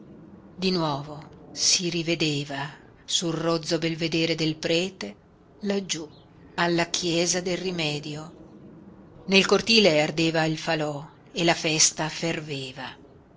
di nuovo si rivedeva sul rozzo belvedere del prete laggiú alla chiesa del rimedio nel cortile ardeva il falò e la festa ferveva